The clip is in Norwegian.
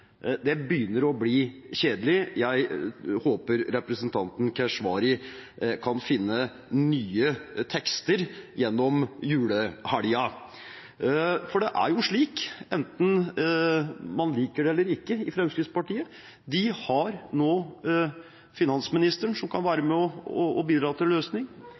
Det begynner å bli kjedelig. Jeg håper representanten Keshvari kan finne nye tekster gjennom julehelgen. Det er slik, enten man liker det eller ikke i Fremskrittspartiet: De har nå finansministeren, som kan være med og bidra til en løsning.